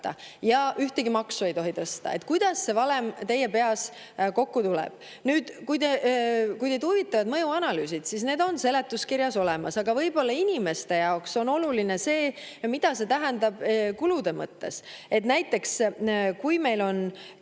ja ühtegi maksu ei tohi tõsta. Kuidas see valem teie peas kokku tuleb? Nüüd, kui teid huvitavad mõjuanalüüsid, siis need on seletuskirjas olemas. Aga inimeste jaoks on võib-olla oluline see, mida see tähendab kulude mõttes. Näiteks kui meil on